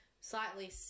slightly